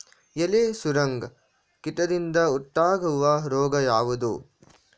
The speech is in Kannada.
ಎಲೆ ಸುರಂಗ ಕೀಟದಿಂದ ಉಂಟಾಗುವ ರೋಗ ಯಾವುದು?